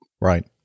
right